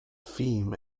theme